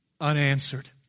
unanswered